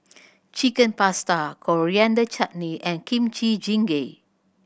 Chicken Pasta Coriander Chutney and Kimchi Jjigae